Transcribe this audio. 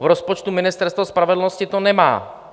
V rozpočtu Ministerstva spravedlnosti to není.